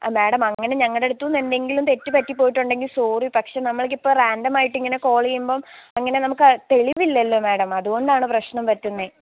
ആ മേഡം അങ്ങനെ ഞങ്ങളുടെ അടുത്തന്നു എന്തെങ്കിലും തെറ്റ് പറ്റിപോയിട്ടുണ്ടെങ്കിൽ സോറി പക്ഷേ നമ്മൾക്കിപ്പോൾ റാൻഡം ആയിട്ടിങ്ങനെ കോൾ ചെയ്യുമ്പം അങ്ങനെ നമുക്ക് തെളിവില്ലല്ലോ മേഡം അതുകൊണ്ടാണ് പ്രവേശനം പറ്റുന്നത്